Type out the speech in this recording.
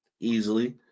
easily